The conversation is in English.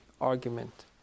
argument